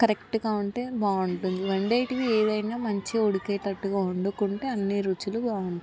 కరెక్ట్గా ఉంటే బాగుంటుంది వన్డేటివి ఏవైనా మంచిగా ఉడికేటట్టుగా వండుకుంటే అన్ని రుచులు బాగుంటాయి